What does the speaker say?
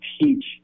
teach